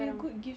barang